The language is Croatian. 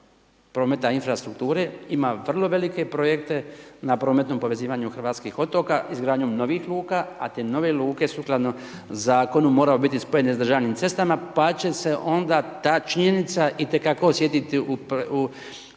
prometa i infrastrukture ima vrlo velike projekte na prometnom povezivanju hrvatskih otoka izgradnjom novih luka a te nove luke sukladno zakonu moraju biti spojene s državnim cestama pa će se onda ta činjenica itekako osjetiti u